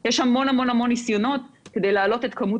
יש המון המון ניסיונות כדי להעלות את כמות